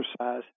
exercise